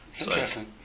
Interesting